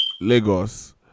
Lagos